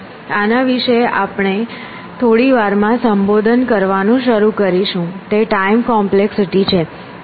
આના વિશે આજે આપણે થોડી વાર માં સંબોધન કરવાનું શરૂ કરીશું તે ટાઈમ કોમ્પ્લેક્સિટી છે